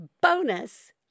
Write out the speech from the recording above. bonus